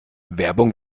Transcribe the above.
werbung